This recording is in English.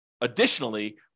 additionally